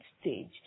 stage